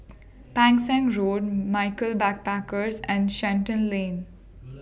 Pang Seng Road Michaels Backpackers and Shenton Lane